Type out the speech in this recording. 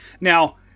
Now